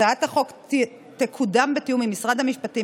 הצעת החוק תקודם בתיאום עם משרד המשפטים,